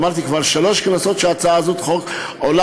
אמרתי שכבר שלוש כנסות שהצעת החוק הזאת עולה,